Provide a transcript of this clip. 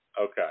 Okay